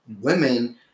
women